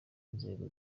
nzego